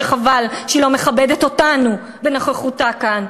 שחבל שהיא לא מכבדת אותנו בנוכחותה כאן,